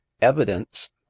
evidence